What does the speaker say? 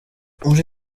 muri